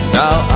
now